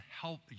help